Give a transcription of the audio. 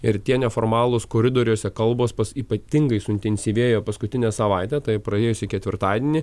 ir tie neformalūs koridoriuose kalbos pas ypatingai suintensyvėjo paskutinę savaitę taip praėjusį ketvirtadienį